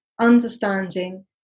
understanding